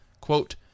quote